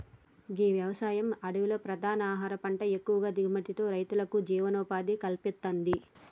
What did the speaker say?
గీ వ్యవసాయం అడవిలో ప్రధాన ఆహార పంట ఎక్కువ దిగుబడితో రైతులకు జీవనోపాధిని కల్పిత్తది